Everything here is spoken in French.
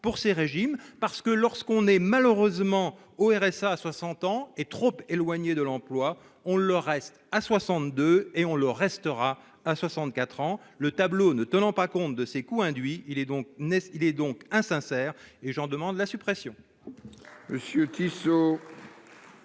pour ces régimes parce que lorsqu'on est malheureusement au RSA à 60 ans est trop éloignés de l'emploi, on le reste à 62 et on le restera à 64 ans. Le tableau ne tenant pas compte de ces coûts induits. Il est donc naissent. Il est donc un sincère et j'en demande la suppression.